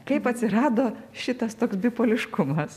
kaip atsirado šitas toks bipoliškumas